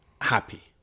happy